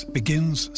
begins